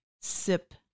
sip